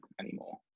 anymore